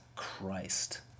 Christ